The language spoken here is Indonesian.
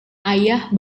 ayah